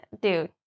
dude